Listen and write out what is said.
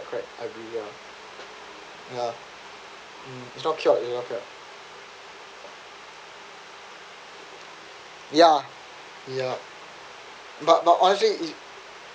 correct I agree ya ya mm it's not cured it's not cured ya ya but but honestly